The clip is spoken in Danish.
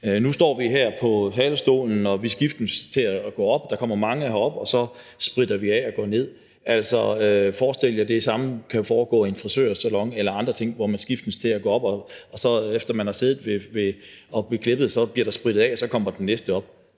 Nu står vi her på talerstolen; vi skiftes til at gå herop. Der kommer mange herop, og så spritter vi af og går ned. Altså, forestil jer, at det samme kan foregå i en frisørsalon eller andre ting, hvor man skiftes til at gå op. Efter man har siddet og er blevet klippet, bliver der sprittet af, og så kommer den næste.